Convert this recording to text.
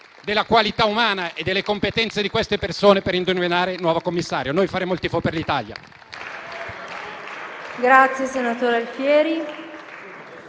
della qualità umana e delle competenze di queste persone, per individuare il nuovo commissario. Noi faremo il tifo per l'Italia.